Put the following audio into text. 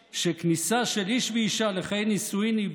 כאן זה המבחן של חברנו עמר בר